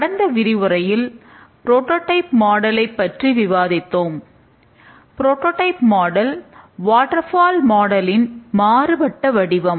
கடந்த விரிவுரையில் புரோடோடைப் மாடலை மாறுபட்ட வடிவம்